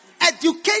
education